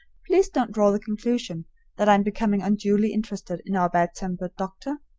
please don't draw the conclusion that i am becoming unduly interested in our bad-tempered doctor,